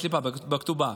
סליחה, בכתובה.